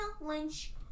Lynch